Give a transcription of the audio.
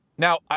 Now